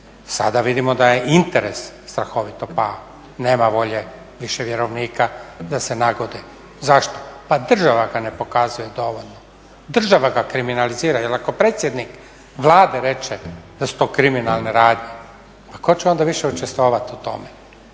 Sada vidimo da je interes strahovito pao, nema volje više vjerovnika da se nagode. Zašto? Pa država ga ne pokazuje dovoljno, država ga kriminalizira. Jer ako predsjednik Vlade reče da su to kriminalne radnje pa tko će onda više učestvovat u tome?